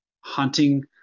hunting